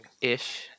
ish